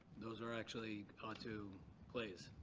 those are actually on two plays.